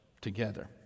together